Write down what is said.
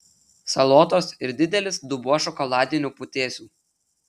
salotos ir didelis dubuo šokoladinių putėsių